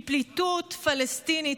כי פליטות פלסטינית,